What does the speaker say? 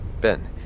Ben